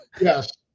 Yes